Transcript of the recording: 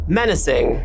menacing